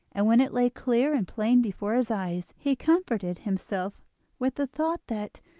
and when it lay clear and plain before his eyes he comforted himself with the thought that,